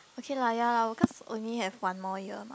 okay lah ya cause only have one more year mah